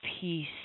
peace